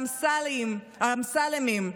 האמסלמים,